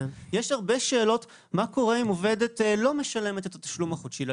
יש הרבה שאלות מה קורה אם עובדת לא משלמת את התשלום החודשי ללשכה,